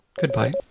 Goodbye